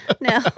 No